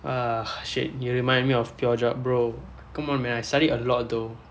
ah shit you remind me of pure geog bro come on man I studied a lot though